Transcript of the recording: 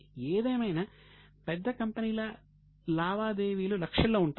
ఏదేమైనా పెద్ద కంపెనీల లావాదేవీలు లక్షల్లో ఉంటాయి